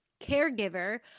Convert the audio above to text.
caregiver